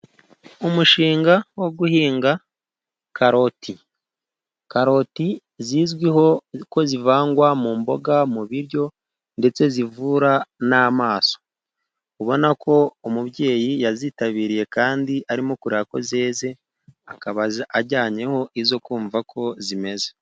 Umushinga wo guhinga karoti. Karoti zizwiho ko zivangwa mu mboga mu biryo ndetse zivura n'amaso. Ubona ko umubyeyi yazitabiriye kandi arimo kureba ko zeze akaba ajyanyeho izo kumva uko zimeze.